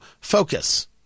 focus